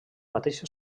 mateixa